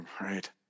Right